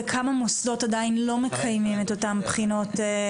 בכמה מוסדות עדיין לא מקיימים את אותן בחינות.